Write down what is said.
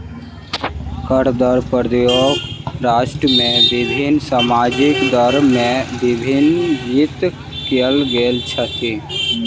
कर दर प्रत्येक राष्ट्र में विभिन्न सामाजिक दर में विभाजित कयल गेल अछि